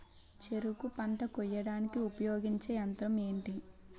చెరుకు పంట కోయడానికి ఉపయోగించే యంత్రం ఎంటి?